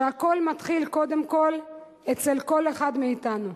שהכול מתחיל קודם כול אצל כל אחד מאתנו.